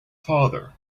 father